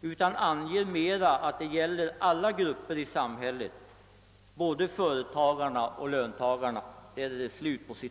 utan anger mera att det gäller alla grupper i samhället, både företagarna och löntagarna.